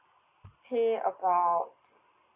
pay about